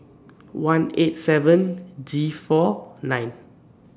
one eight seven G four nine